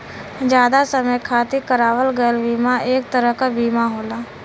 जादा समय खातिर करावल गयल बीमा एक तरह क बीमा होला